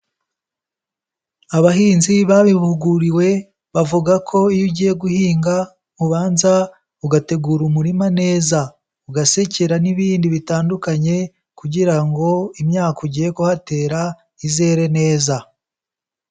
Abahinzi babihuguriwe bavuga ko iyo ugiye guhinga ubanza ugategura umurima neza, ugasekera n'ibindi bitandukanye kugira ngo imyaka ugiye kuhatera izere neza.